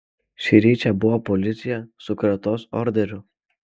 šįryt čia buvo policija su kratos orderiu